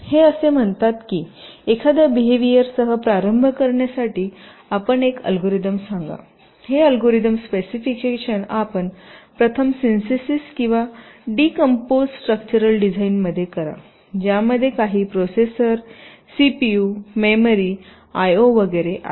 हे असे म्हणतात की एखाद्या बीहेवियरसह प्रारंभ करण्यासाठी आपण एक अल्गोरिदम सांगा हे अल्गोरिदम स्पेसिफिकेशन आपण प्रथम सिन्थेसिस किंवा डिकंपोस स्ट्रक्चरल डिझाईनमध्ये करा ज्यामध्ये काही processor CPU memory I O वगैरे आहेत